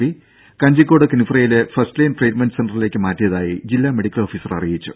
P Kanjikode കിൻഫ്രയിലെ first line treatment സെന്ററിലേക്ക് മാറ്റിയതായി ജില്ലാ മെഡിക്കൽ ഓഫീസർ അറിയിച്ചു